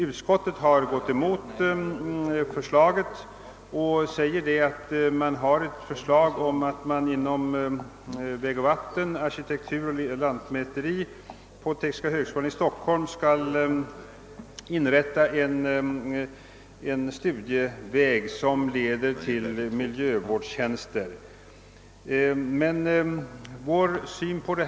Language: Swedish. Utskottet har avstyrkt motionen och säger att förslag har lagts fram om en samverkan mellan sektionerna för vägoch vattenbyggnad, arkitektur och lantmäteri vid de tekniska högskolorna, och detta förslag innefattar även en särskild studieinriktning mot miljövård.